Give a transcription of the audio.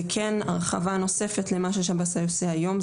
זה כן הרחבה נוספת למה ששב"ס עושה היום.